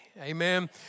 Amen